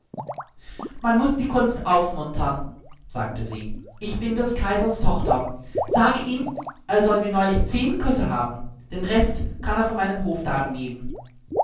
man muß die kunst aufmuntern sagte sie ich bin des kaisers tochter sage ihm er soll wie neulich zehn küsse haben den rest kann er von meinen hofdamen nehmen